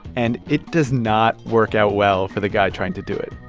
and it does not work out well for the guy trying to do it.